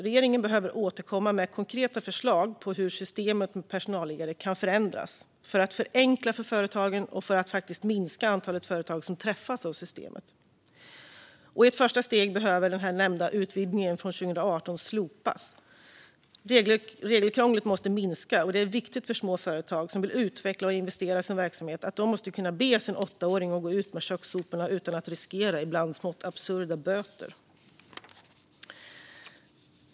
Regeringen behöver återkomma med konkreta förslag på hur systemet med personalliggare kan förändras, för att förenkla för företagen och för att minska antalet företag som träffas av systemet. I ett första steg behöver den nämnda utvidgningen från 2018 slopas. Regelkrånglet måste minska. Det är viktigt för små företag som vill utveckla och investera i sin verksamhet. De måste kunna be sin åttaåring att gå ut med kökssoporna utan att riskera ibland smått absurda böter.